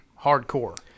hardcore